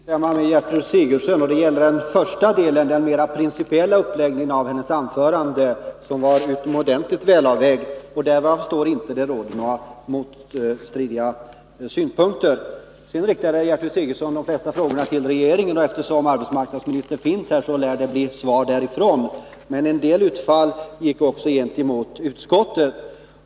Herr talman! Jag vill också instämma med Gertrud Sigurdsen i den första delen av hennes anförande — den mer principiella uppläggningen av anförandet, som var utomordentligt väl avvägt och där, såvitt jag förstår, vi inte har motstridiga synpunkter. Sedan riktade Gertrud Sigurdsen de flesta av sina frågor till regeringen, och eftersom arbetsmarknadsministern befinner sig i kammaren lär hon få svar av honom. En del utfall riktades också mot utskottet.